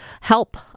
help